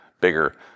bigger